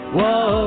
Whoa